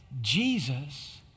Jesus